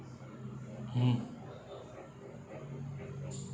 mm